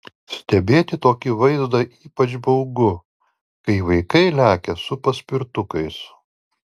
stebėti tokį vaizdą ypač baugu kai vaikai lekia su paspirtukais